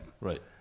Right